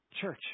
Church